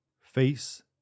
Face